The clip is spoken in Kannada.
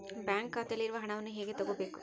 ಬ್ಯಾಂಕ್ ಖಾತೆಯಲ್ಲಿರುವ ಹಣವನ್ನು ಹೇಗೆ ತಗೋಬೇಕು?